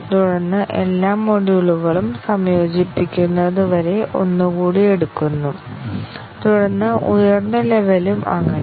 തുടർന്ന് എല്ലാ മൊഡ്യൂളുകളും സംയോജിപ്പിക്കുന്നതുവരെ ഒന്നുകൂടി എടുക്കുന്നു തുടർന്ന് ഉയർന്ന ലെവെലും അങ്ങനെ